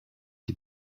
die